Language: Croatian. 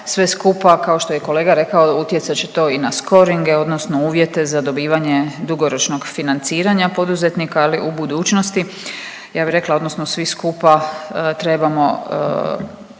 Sve skupa kao što je kolega rekao utjecat će to i na scoringe odnosno uvjete za dobivanje dugoročnog financiranja poduzetnika u budućnosti, ja bi rekla odnosno svi skupa trebamo